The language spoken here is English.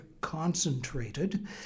concentrated